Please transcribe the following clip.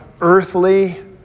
earthly